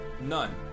none